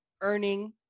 earning